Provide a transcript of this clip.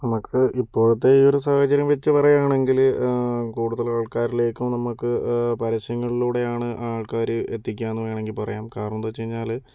നമുക്ക് ഇപ്പോഴത്തെ ഈ ഒരു സാഹചര്യം വച്ച് പറയുകയാണെങ്കിൽ കൂടുതലാൾക്കാരിലേക്കും നമുക്ക് പരസ്യങ്ങളിലൂടെയാണ് ആൾക്കാരെ എത്തിക്കുകയെന്ന് വേണമെങ്കിൽ പറയാം കാരണം എന്താണെന്നു വച്ചു കഴിഞ്ഞാൽ